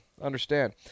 Understand